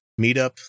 meetup